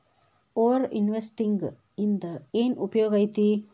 over investing ಇಂದ ಏನ್ ಉಪಯೋಗ ಐತಿ